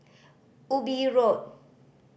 Ubi Road